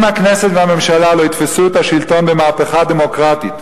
אם הכנסת והממשלה לא יתפסו את השלטון במהפכה דמוקרטית,